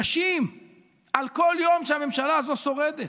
קשים על כל יום שהממשלה הזו שורדת.